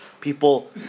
people